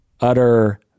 utter